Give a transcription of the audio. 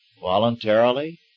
voluntarily